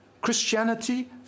Christianity